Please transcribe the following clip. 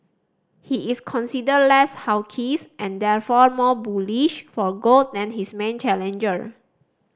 he is considered less hawks and therefore more bullish for gold than his main challenger